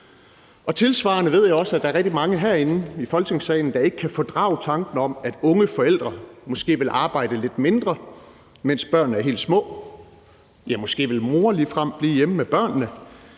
Tilsvarende ved jeg også, at der er rigtig mange herinde i Folketingssalen, der ikke kan fordrage tanken om, at unge forældre måske vil arbejde lidt mindre, mens børnene er helt små, måske vil moren ligefrem blive hjemme med børnene.